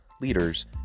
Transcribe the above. leaders